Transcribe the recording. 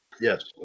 Yes